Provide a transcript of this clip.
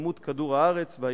התחממות כדור-הארץ והירוקים,